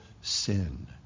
sin